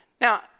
Now